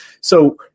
So-